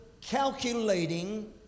calculating